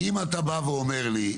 אם אתה בא ואומר לי,